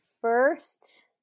first